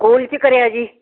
school 'ਚ ਕਰਿਆ ਜੀ